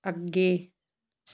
ਅੱਗੇ